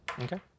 Okay